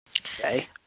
Okay